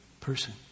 person